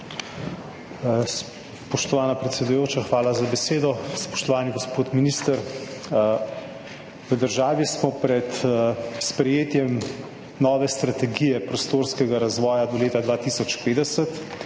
Spoštovana predsedujoča, hvala za besedo. Spoštovani gospod minister! V državi smo pred sprejetjem nove strategije prostorskega razvoja do leta 2050.